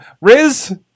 Riz